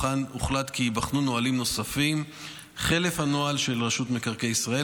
הוחלט כי ייבחנו נהלים נוספים חלף הנוהל של רשות מקרקעי ישראל.